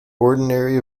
ordinary